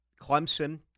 Clemson